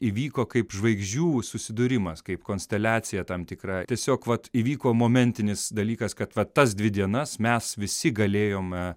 įvyko kaip žvaigždžių susidūrimas kaip konsteliacija tam tikra tiesiog vat įvyko momentinis dalykas kad va tas dvi dienas mes visi galėjome